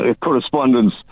correspondence